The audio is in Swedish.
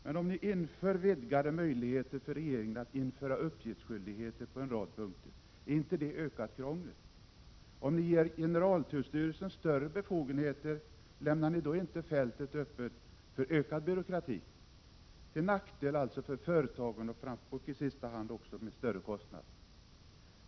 Men innebär inte vidgade möjligheter för regeringen att införa uppgiftsskyldigheter, som ni föreslår, ökat krångel? Om man ger generaltullstyrelsen större befogenheter, lämnar man då inte fältet fritt för ökad byråkrati, till nackdel för företagen och i sista hand också till större kostnader?